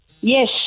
Yes